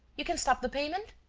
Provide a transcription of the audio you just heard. you can stop the payment?